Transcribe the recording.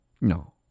No